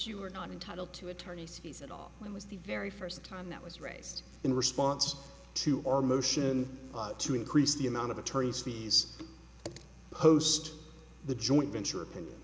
you are not entitled to attorney's fees at all it was the very first time that was raised in response to our motion to increase the amount of attorneys fees post the joint venture opinion